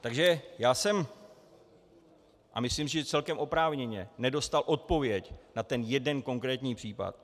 Takže já jsem, a myslím si, že celkem oprávněně, nedostal odpověď na ten jeden konkrétní případ.